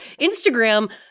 Instagram